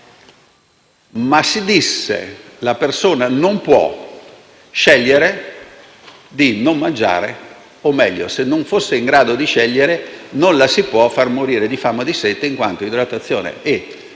ma si disse che la persona non può scegliere di non mangiare, o meglio, se non fosse in grado di scegliere, non la si può far morire di fame o di sete, in quanto idratazione e